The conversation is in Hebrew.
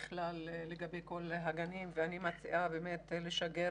אני מציע לשגר